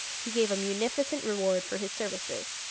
he gave a munificent reward for his services.